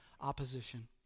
opposition